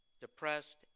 depressed